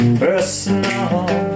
personal